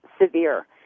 severe